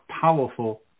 powerful